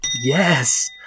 Yes